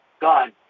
God